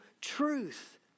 truth